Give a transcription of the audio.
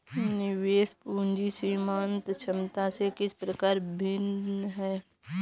निवेश पूंजी सीमांत क्षमता से किस प्रकार भिन्न है?